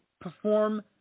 perform